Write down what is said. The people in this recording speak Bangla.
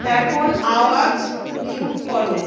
এখন আওয়াজ মিউট করো